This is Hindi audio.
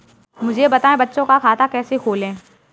मुझे बताएँ बच्चों का खाता कैसे खोलें?